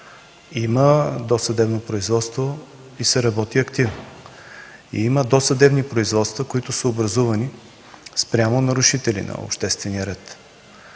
има досъдебно производство и се работи активно. Има досъдебни производства, образувани спрямо нарушители на обществения ред.